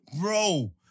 Bro